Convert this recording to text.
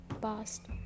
past